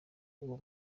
uwo